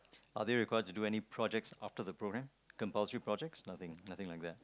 are they required to do any projects after the program compulsory projects nothing nothing like that